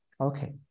Okay